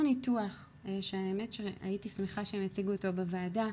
ניתוח שהאמת הייתי שמחה שהם יציגו אותו בוועדה,